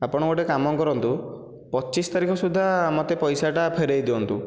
ଆପଣ ଗୋଟିଏ କାମ କରନ୍ତୁ ପଚିଶ ତାରିଖ ସୁଦ୍ଧା ମୋତେ ପଇସାଟା ଫେରାଇ ଦିଅନ୍ତୁ